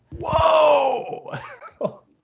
Whoa